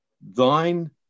Thine